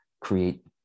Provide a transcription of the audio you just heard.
create